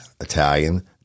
Italian